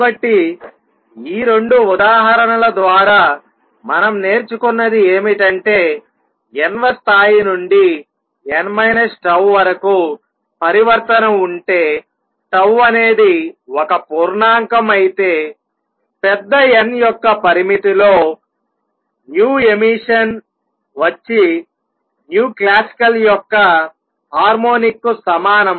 కాబట్టి ఈ 2 ఉదాహరణల ద్వారా మనం నేర్చుకున్నది ఏమిటంటే n వ స్థాయి నుండి n τ వరకు పరివర్తన ఉంటే అనేది ఒక పూర్ణాంకం అయితే పెద్ద n యొక్క పరిమితిలో ఎమిషన్ వచ్చి classical యొక్క హార్మోనిక్కు సమానం